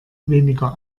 weniger